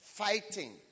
fighting